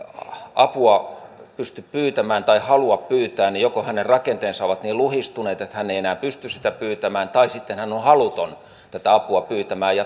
apua pysty pyytämään tai halua pyytää niin joko hänen rakenteensa ovat niin luhistuneet että hän ei enää pysty sitä pyytämään tai sitten hän on haluton tätä apua pyytämään